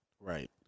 Right